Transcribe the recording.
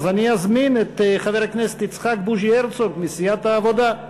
אני אזמין את חבר הכנסת יצחק בוז'י הרצוג מסיעת העבודה.